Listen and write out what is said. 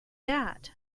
that